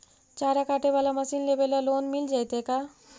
चारा काटे बाला मशीन लेबे ल लोन मिल जितै का?